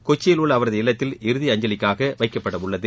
கொச்சியில் உள்ள அவரது இல்லத்தில் இறத் அஞ்சலிக்காக வைக்கப்படவுள்ளது